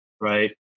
right